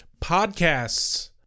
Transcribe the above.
Podcasts